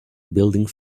building